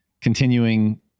continuing